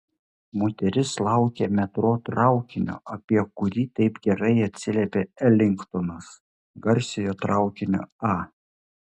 moteris laukė metro traukinio apie kurį taip gerai atsiliepė elingtonas garsiojo traukinio a